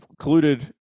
colluded